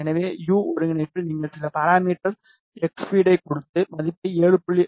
எனவே யு ஒருங்கிணைப்பில் நீங்கள் சில பாராமீட்டர் எக்ஸ் ஃபீடை கொடுத்து மதிப்பை 7